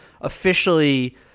officially